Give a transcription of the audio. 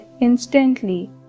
instantly